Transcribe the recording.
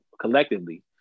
collectively